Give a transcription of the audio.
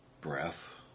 breath